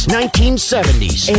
1970s